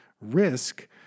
risk